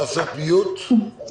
אני